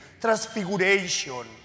Transfiguration